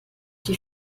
die